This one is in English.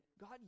God